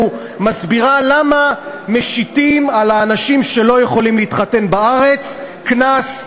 מסבירה למה משיתים על האנשים שלא יכולים להתחתן בארץ קנס,